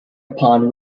upon